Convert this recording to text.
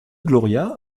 gloria